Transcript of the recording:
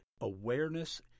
Awareness